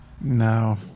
No